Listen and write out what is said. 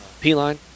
p-line